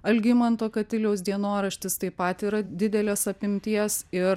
algimanto katiliaus dienoraštis taip pat yra didelės apimties ir